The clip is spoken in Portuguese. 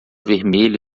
vermelho